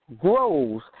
grows